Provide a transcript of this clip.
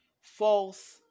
false